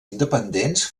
independents